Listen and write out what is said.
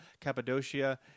Cappadocia